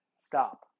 stop